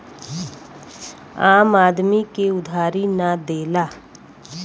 आम आदमी के उधारी ना देला